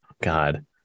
God